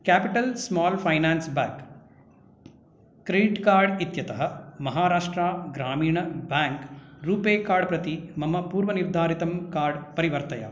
capital small finance bank credit card इत्यतः Maharashtra Gramin bank RuPay card प्रति मम पूर्वनिर्धारितं कार्ड् परिवर्तय